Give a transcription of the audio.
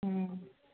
ହୁଁ